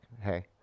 hey